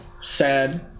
sad